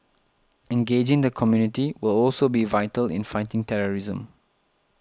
engaging the community will also be vital in fighting terrorism